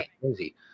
crazy